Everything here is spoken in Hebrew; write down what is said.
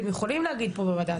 אתם יכולים להגיד פה בוועדה,